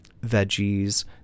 veggies